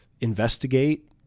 investigate